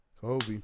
Kobe